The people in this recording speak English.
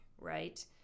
right